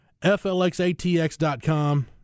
FLXATX.com